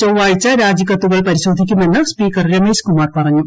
ചൊവ്വാഴ്ച രാജികത്തുകൾ പരിശോധിക്കുമെന്ന് സ്പീക്കർ രമേശ് കുമാർ പറഞ്ഞു